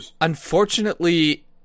unfortunately